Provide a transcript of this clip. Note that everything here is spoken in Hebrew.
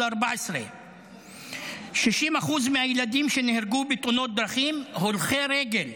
14. 60% מהילדים שנהרגו בתאונות דרכים הם הולכי רגל.